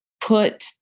put